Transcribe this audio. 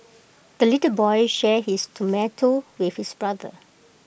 the little boy shared his tomato with his brother